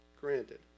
Granted